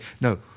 no